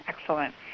excellent